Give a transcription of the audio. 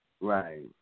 Right